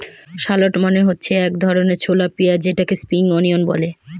shallot মানে হচ্ছে এক ধরনের ছোলা পেঁয়াজ যেটাকে স্প্রিং অনিয়ন বলে